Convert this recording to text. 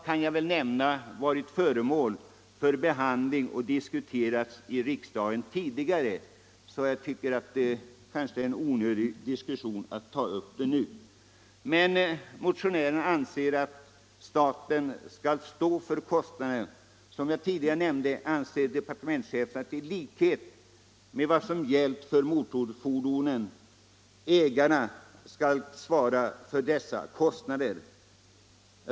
Den saken har tidigare varit föremål för behandling och diskussion i riksdagen. Jag tycker därför att det är onödigt att nu på nytt ta upp den diskussionen. Motionärerna anser att staten skall stå för kostnaderna. Som jag tidigare nämnde anser departementschefen att ägarna — i likhet med vad som gällde vid införandet av kilometerskatt för motorfordon — skall svara för kostnaderna.